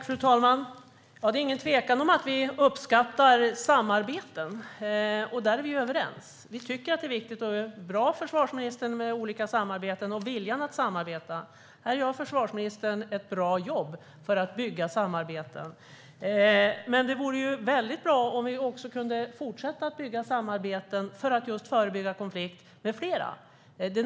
Fru talman! Det är ingen tvekan om att vi uppskattar samarbeten. Där är vi överens. Vi tycker att det är viktigt och bra, försvarsministern, med olika samarbeten och viljan att samarbeta. Här gör försvarsministern ett bra jobb för att bygga samarbeten. Men det vore väldigt bra om vi också kunde fortsätta att bygga samarbeten för att just förebygga konflikt med flera.